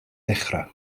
dechrau